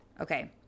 okay